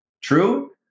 True